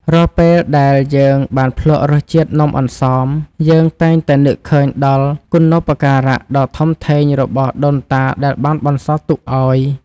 រាល់ពេលដែលយើងបានភ្លក់រសជាតិនំអន្សមយើងតែងតែនឹកឃើញដល់គុណូបការៈដ៏ធំធេងរបស់ដូនតាដែលបានបន្សល់ទុកឱ្យ។